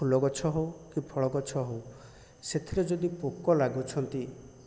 ଫୁଲଗଛ ହେଉ କି ଫଳଗଛ ହେଉ ସେଥିରେ ଯଦି ପୋକ ଲାଗୁଛନ୍ତି